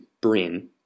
Brin